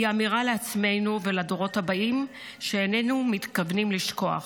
היא אמירה לעצמנו ולדורות הבאים שאיננו מתכוונים לשכוח.